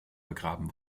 begraben